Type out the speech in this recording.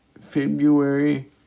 February